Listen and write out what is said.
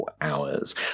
hours